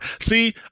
See